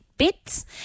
bits